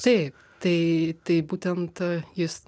taip tai tai būtent jis